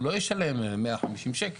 הוא לא ישלם 150 שקל,